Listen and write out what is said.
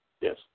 Yes